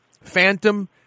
phantom